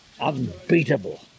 unbeatable